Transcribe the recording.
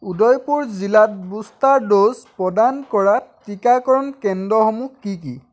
উদয়পুৰ জিলাত booster dose প্ৰদান কৰা টীকাকৰণ কেন্দ্ৰসমূহ কি কি